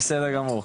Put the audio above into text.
בסדר גמור,